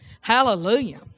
Hallelujah